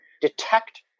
detect